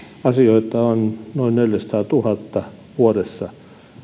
asioita on noin neljässäsadassatuhannessa vuodessa